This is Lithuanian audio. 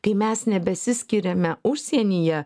kai mes nebesiskiriame užsienyje